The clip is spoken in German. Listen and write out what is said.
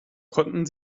konnten